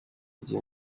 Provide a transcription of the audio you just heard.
gihe